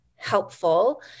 helpful